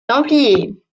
templiers